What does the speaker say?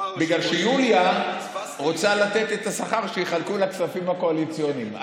בגלל שיוליה רוצה לתת השכר שיחלקו לכספים הקואליציוניים.